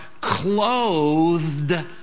clothed